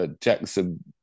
Jackson